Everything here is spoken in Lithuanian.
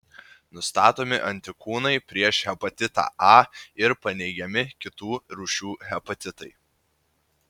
nustatomi antikūnai prieš hepatitą a ir paneigiami kitų rūšių hepatitai